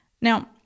Now